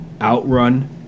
OutRun